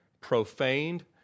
profaned